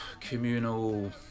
communal